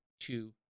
two